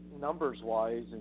numbers-wise